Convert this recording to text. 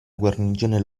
guarnigione